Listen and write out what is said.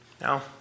Now